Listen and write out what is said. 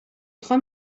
خواهم